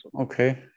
Okay